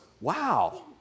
wow